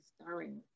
starring